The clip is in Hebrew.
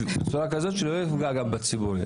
בצורה כזאת שלא יפגע גם בציבורי.